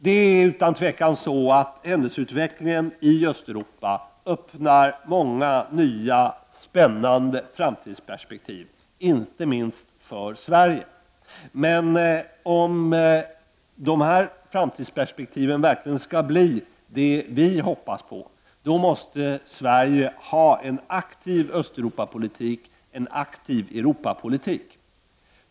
Det är utan tvivel så att händelseutvecklingen i Östeuropa öppnar många nya spännande framtidsperspektiv, inte minst för Sverige. Men om de framtidsperspektiven verkligen skall bli vad vi hoppas på, måste Sverige ha en aktiv Östeuropapolitik, en aktiv Europapolitik.